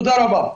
תודה רבה.